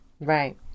right